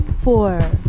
four